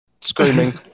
screaming